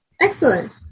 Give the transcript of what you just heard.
Excellent